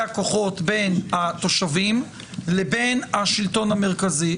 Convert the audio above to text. הכוחות בין התושבים לבין השלטון המרכזי.